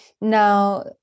now